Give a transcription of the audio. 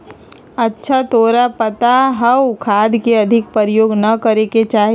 अच्छा तोरा पता हाउ खाद के अधिक प्रयोग ना करे के चाहि?